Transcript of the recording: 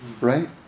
Right